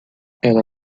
ela